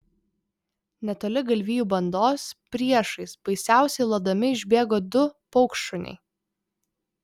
netoli galvijų bandos priešais baisiausiai lodami išbėgo du paukštšuniai